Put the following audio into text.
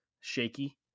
shaky